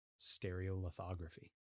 Stereolithography